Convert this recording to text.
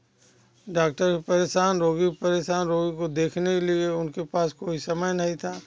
doctor परेशान रोगी भी परेशान रोगी को देखने के लिए उनके पास कोई समय नहीं था